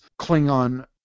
Klingon